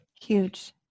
huge